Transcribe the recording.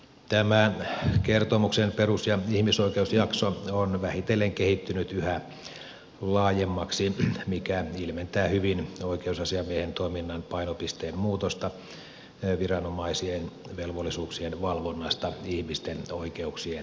tämä kertomuksen perus ja ihmisoikeusjakso on vähitellen kehittynyt yhä laajemmaksi mikä ilmentää hyvin oikeusasiamiehen toiminnan painopisteen muutosta viranomaisten velvollisuuksien valvonnasta ihmisten oikeuksien edistämisen suuntaan